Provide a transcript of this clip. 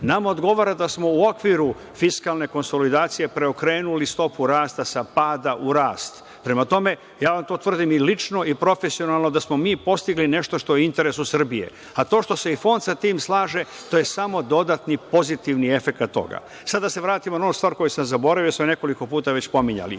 nama odgovara da smo u okviru fiskalne konsolidacije preokrenuli stopu rasta sa pada u rast. Prema tome, ja vam to tvrdim i lično i profesionalno, da smo mi postigli nešto što je u interesu Srbije. To što se i Fond sa tim slaže, to je samo dodatni, pozitivni efekat toga. Sada da se vratimo na onu stvar koju sam zaboravio, jer su nekoliko puta već pominjali